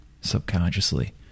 subconsciously